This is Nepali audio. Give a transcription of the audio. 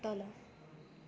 तल